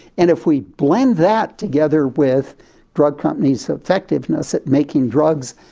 and if we blend that together with drug companies' effectiveness at making drugs,